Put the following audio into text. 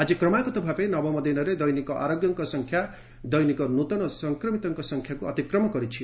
ଆଜି କ୍ରମାଗତ ଭାବେ ନବମ ଦିନରେ ଦୈନିକ ଆରୋଗ୍ୟଙ୍କ ସଂଖ୍ୟା ଦୈନିକ ନ୍ନତନ ସଂକ୍ରମିତଙ୍କ ସଂଖ୍ୟାକ୍ ଅତିକ୍ରମ କରିଛି